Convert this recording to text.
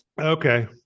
okay